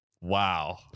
Wow